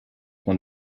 man